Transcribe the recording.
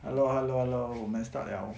哈咯哈咯哈咯我们 start 了